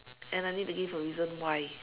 and I need to give a reason why